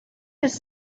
his